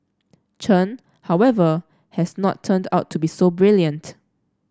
Chen however has not turned out to be so brilliant